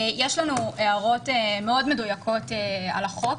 יש לנו הערות מאוד מדויקות לגבי החוק.